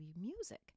music